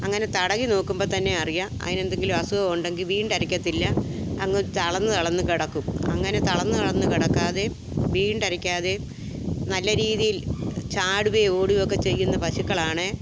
അങ്ങനെ തടവിനോക്കുമ്പോള്ത്തന്നെ അറിയാം അതിനെന്തെങ്കിലും അസുഖമുണ്ടെങ്കില് വീണ്ടെരക്കത്തില്ല അങ്ങു തളര്ന്ന് തളര്ന്നു കിടക്കും അങ്ങനെ തളര്ന്ന് തളര്ന്ന് കിടക്കാതേെയും വീണ്ടരക്കാതേെയും നല്ല രീതിയിൽ ചാടുകയും ഓടുകയുമൊക്കെ ചെയ്യുന്ന പശുക്കളാണ്